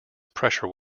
pressure